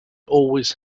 always